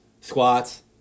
squats